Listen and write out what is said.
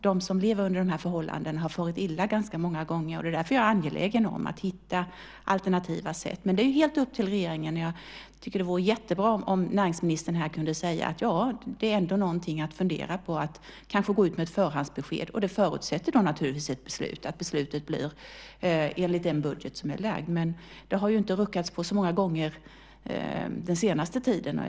De som lever under de här förhållandena har farit illa ganska många gånger. Det är därför jag är angelägen att hitta alternativa sätt. Men det är helt upp till regeringen. Jag tycker att det vore jättebra om näringsministern här kunde säga att det ändå är någonting att fundera på att kanske gå ut med ett förhandsbesked. Det förutsätter då naturligtvis ett beslut, och att beslutet blir enligt den budget som är framlagd. Det har det ju inte ruckats på så många gånger den senaste tiden.